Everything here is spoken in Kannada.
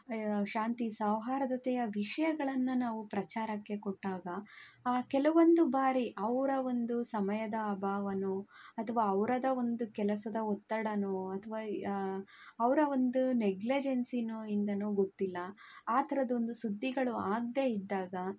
ಶಾಂತಿ ಸೌಹಾರ್ದತೆಯ ವಿಷಯಗಳನ್ನು ನಾವು ಪ್ರಚಾರಕ್ಕೆ ಕೊಟ್ಟಾಗ ಆ ಕೆಲವೊಂದು ಬಾರಿ ಅವರ ಒಂದು ಸಮಯದ ಅಭಾವನೋ ಅಥವಾ ಅವ್ರದ್ದು ಒಂದು ಕೆಲಸದ ಒತ್ತಡವೋ ಅಥವಾ ಅವರ ಒಂದ ನೆಗ್ಲಜೆನ್ಸಿಯೊ ಇಂದನೋ ಗೊತ್ತಿಲ್ಲ ಆ ಥರದ ಒಂದು ಸುದ್ದಿಗಳು ಆಗದೇ ಇದ್ದಾಗ